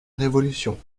révolution